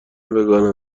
وگان